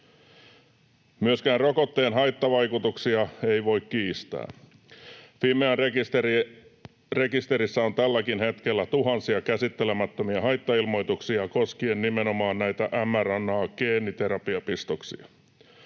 Myöskään rokotteen haittavaikutuksia ei voi kiistää. Fimean rekisterissä on tälläkin hetkellä tuhansia käsittelemättömiä haittailmoituksia koskien nimenomaan näitä mRNA-geeniterapiapistoksia.